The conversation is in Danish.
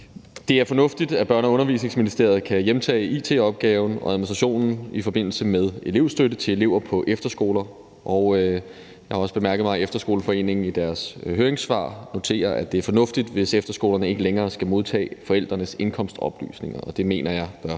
Det er fornuftigt, at Børne- og Undervisningsministeriet kan hjemtage it-opgaven og administrationen i forbindelse med elevstøtte til elever på efterskoler. Jeg har også bemærket mig, at Efterskoleforeningen i deres høringssvar noterer, at det er fornuftigt, hvis efterskolerne ikke længere skal modtage forældrenes indkomstoplysninger. Det mener jeg bør